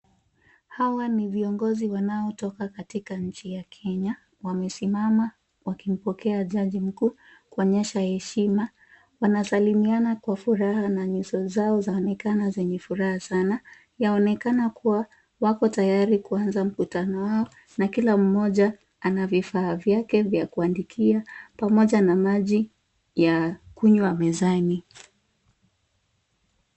Hawa ni viongozi wanaotoka katika nchi ya Kenya, wamesimama wakimpokea jaji mkuu kuonyesha heshima. Wanasalimiana kwa furaha na nyuso zao zaonekana zenye furaha sana, yaonekana kuwa wako tayari kuanza mkutano wao na kila mmoja ana vifaa vyake vya kuandikia pamoja na maji ya kunywa mezani.